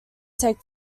take